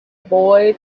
boy